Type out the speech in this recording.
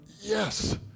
yes